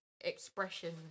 expression